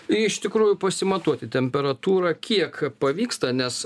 iš tikrųjų pasimatuoti temperatūrą kiek pavyksta nes